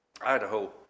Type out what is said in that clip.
Idaho